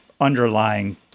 underlying